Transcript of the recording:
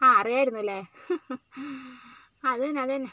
അറിയാമായിരുന്നു അല്ലെ അത് തന്നെ അത് തന്നെ